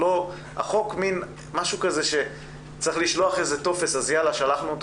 צריך לשלוח איזה טופס, אז יאללה, שלחנו.